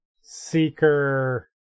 Seeker